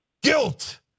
guilt